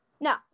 No